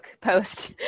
post